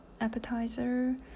appetizer